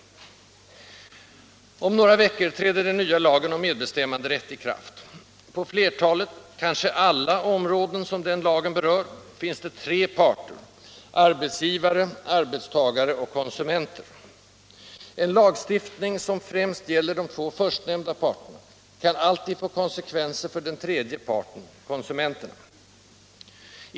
Om några veckor träder den nya lagen om medbestämmanderätt i kraft. På flertalet — kanske alla? — områden, som den lagen berör, finns det tre parter: arbetsgivare, arbetstagare och konsumenter. En lagstiftning som främst gäller de två förstnämnda parterna kan alltid få konsekvenser för den tredje parten — konsumenterna.